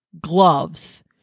gloves